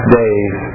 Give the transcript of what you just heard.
days